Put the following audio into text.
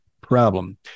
problem